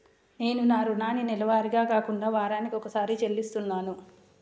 నేను నా రుణాన్ని నెలవారీగా కాకుండా వారానికోసారి చెల్లిస్తున్నాను